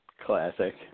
Classic